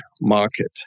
market